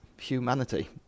humanity